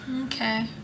okay